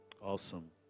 Awesome